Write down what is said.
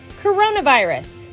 coronavirus